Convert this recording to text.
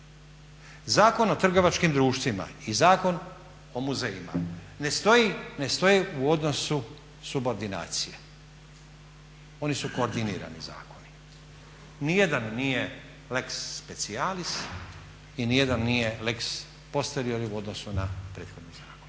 Zakon o trgovačkim društvima i Zakon o muzejima ne stoje u odnosu subordinacije, oni su koordinirani zakoni. Nijedan nije lex specialis i nijedan nije lex … u odnosu na prethodni zakon.